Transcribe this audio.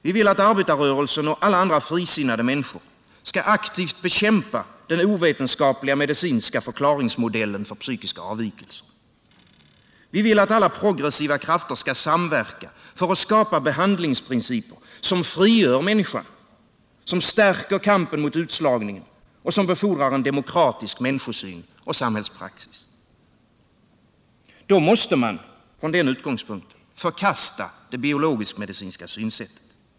Vi vill att arbetarrörelsen och alla andra frisinnade människor aktivt skall bekämpa den ovetenskapliga medicinska förklaringsmodellen för psykiska avvikelser. Vi vill att alla progressiva krafter skall samverka för att skapa behandlingsprinciper som frigör människan, som stärker kampen mot utslagningen och som befordrar en demokratisk människosyn och samhällspraxis. Då måste man från den utgångspunkten förkasta det biologisk-medicinska synsättet.